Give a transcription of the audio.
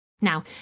now